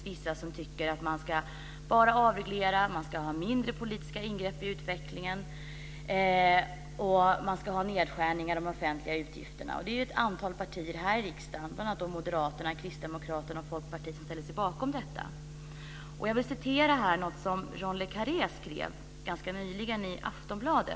Vissa tycker att man bara ska avreglera, ha mindre politiska ingrepp i utvecklingen samt nedskärningar i de offentliga utgifterna. Det finns ett antal partier här i riksdagen, bl.a. Moderaterna, Kristdemokraterna och Folkpartiet som ställer sig bakom detta. Jag vill citera något som John le Carré skrev ganska nyligen i Aftonbladet.